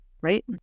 right